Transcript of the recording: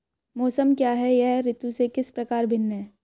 मौसम क्या है यह ऋतु से किस प्रकार भिन्न है?